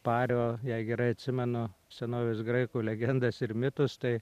pario jei gerai atsimenu senovės graikų legendas ir mitus tai